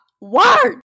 word